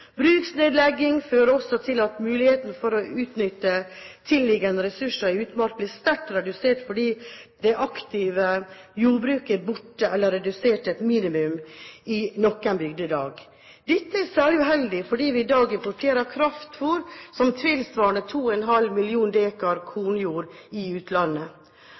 Bruksnedlegging fører også til at muligheten for å utnytte tilliggende ressurser i utmark blir sterkt redusert, fordi det aktive jordbruket er borte eller redusert til et minimum i noen bygdelag. Dette er særlig uheldig, fordi vi i dag importerer kraftfôr som tilsvarer 2,5 millioner daa kornjord i utlandet.